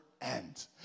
end